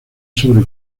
sobre